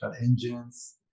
engines